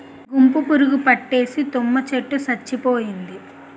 గుంపు పురుగు పట్టేసి తుమ్మ చెట్టు సచ్చిపోయింది